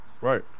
Right